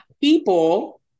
people